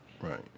Right